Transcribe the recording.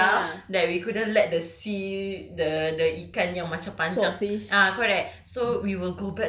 you know the tajam-tajam that we couldn't let the sea the the ikan yang macam panjang ah correct